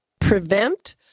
prevent